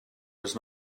was